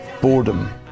boredom